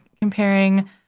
comparing